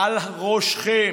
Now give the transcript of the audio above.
על ראשכם.